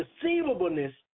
Deceivableness